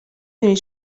توانی